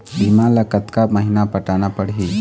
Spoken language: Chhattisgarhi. बीमा ला कतका महीना पटाना पड़ही?